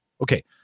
Okay